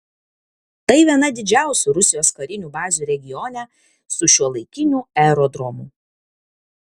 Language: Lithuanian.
tai viena didžiausių rusijos karinių bazių regione su šiuolaikiniu aerodromu